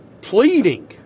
pleading